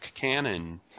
cannon